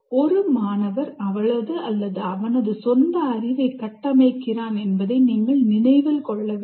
ஒரு மாணவர் அவளது அல்லது அவனது சொந்த அறிவை கட்டமைக்கிறான் என்பதை நீங்கள் நினைவில் கொள்ள வேண்டும்